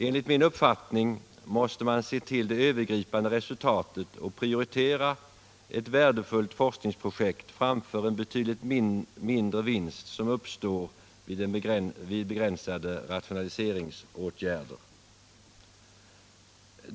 Enligt min uppfattning måste man se till det övergripande resultatet och prioritera ett värdefullt forskningsprojekt framför en betydligt mindre vinst som uppstår vid begränsade rationaliseringsåtgärder.